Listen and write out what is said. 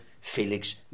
Felix